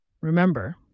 Remember